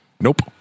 Nope